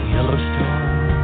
Yellowstone